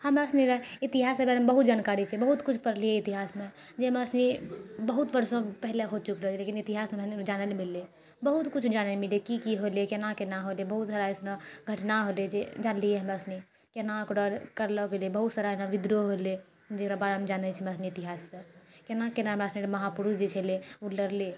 हमरासनी र इतिहासके बारेमे बहुत जानकारी छै बहुत किछु पढ़लियै इतिहासमे जे हमरासनी बहुत वर्षो पहिले हो चुकलो रहै लेकिन इतिहास हमरा नहि जानय लेल मिललै बहुत किछु जानय लेल मिललै की की होलय केना केना होलय बहुत सारा अइसनो घटना होलय जे जानलियै हमरासनी केना ओकरा करलो गेलै बहुत सारा विद्रोह होलय जेकरा बारेमे जानैत छियै हमरासनी इतिहाससँ केना केना हमरासभके महापुरुष जे छलै ओ लड़लै